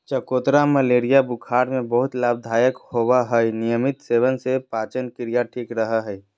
चकोतरा मलेरिया बुखार में बहुत लाभदायक होवय हई नियमित सेवन से पाचनक्रिया ठीक रहय हई